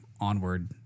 onward